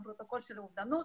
גם פרוטוקול של אובדנות,